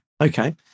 Okay